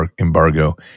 embargo